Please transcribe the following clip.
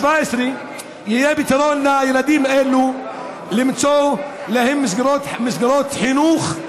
יהיה פתרון לילדים האלה וימצאו להם מסגרות חינוך,